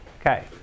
Okay